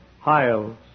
Hiles